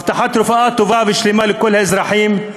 הבטחת רפואה טובה ושלמה לכל האזרחים,